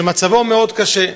ומצבו מאוד קשה.